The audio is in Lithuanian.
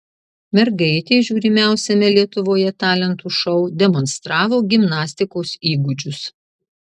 mergaitė žiūrimiausiame lietuvoje talentų šou demonstravo gimnastikos įgūdžius